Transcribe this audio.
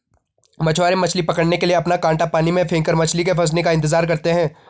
मछुआरे मछली पकड़ने के लिए अपना कांटा पानी में फेंककर मछली के फंसने का इंतजार करते है